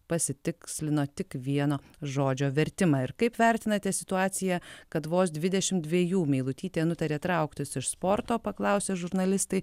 pasitikslino tik vieno žodžio vertimą ir kaip vertinate situaciją kad vos dvidešim dviejų meilutytė nutarė trauktis iš sporto paklausė žurnalistai